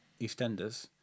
EastEnders